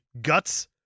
guts